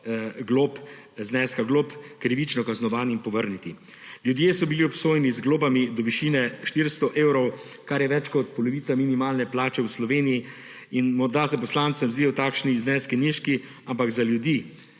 zneske glob krivično kaznovanim povrniti. Ljudje so bili obsojeni z globami do višine 400 evrov, kar je več kot polovica minimalne plače v Sloveniji. Morda se poslancem zdijo takšni zneski nizki, ampak za ljudi,